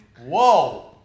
Whoa